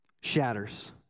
Shatters